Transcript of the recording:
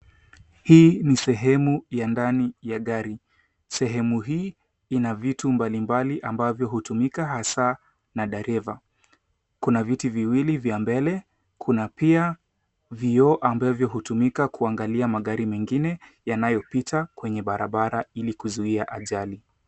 Hii ni sehemu ya ndani ya gari, sehemu hii ina vitu mbali mbali ambavyo hutumika hasaa na dereva kuna viti viwili vya mbele, kuna pia vyoo ambavyo hutumika kuangalia magari mengine yanayo pita kwenye barabara ili kuzuia ajali.